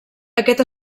aquest